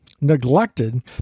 neglected